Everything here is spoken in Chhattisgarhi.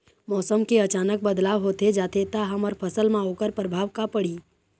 मौसम के अचानक बदलाव होथे जाथे ता हमर फसल मा ओकर परभाव का पढ़ी?